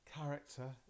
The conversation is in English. character